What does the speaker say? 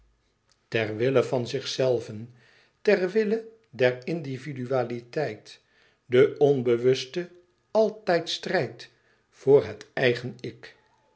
ter wille van zichzelven terwille der individualiteit de onbewuste altijd strijd voor het eigen ik zij